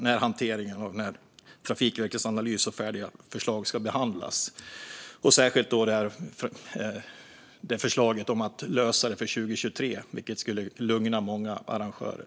När ska Trafikverkets analys och färdiga förslag behandlas? Jag undrar särskilt över förslaget om att lösa detta för 2023, vilket skulle lugna många arrangörer.